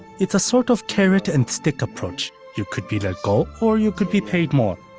it's a sort of carrot-and-stick approach you could be let go, or you could be paid more.